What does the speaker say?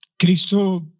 Cristo